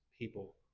people